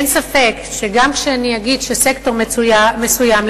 אין ספק שגם כשאני אגיד שסקטור מסוים,